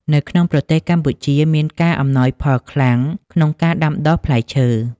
នៅក្នុងប្រទេសកម្ពុជាមានការ អំណោយផលខ្លាំង ក្នុងការដាំដុះផ្លែឈើ។